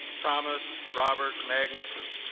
thomas robert magnussen